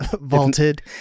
vaulted